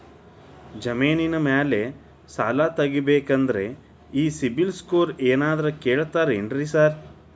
ಜಮೇನಿನ ಮ್ಯಾಲೆ ಸಾಲ ತಗಬೇಕಂದ್ರೆ ಈ ಸಿಬಿಲ್ ಸ್ಕೋರ್ ಏನಾದ್ರ ಕೇಳ್ತಾರ್ ಏನ್ರಿ ಸಾರ್?